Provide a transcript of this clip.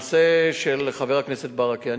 הנושא של חבר הכנסת ברכה,